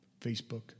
Facebook